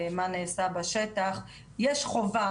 יש חובה,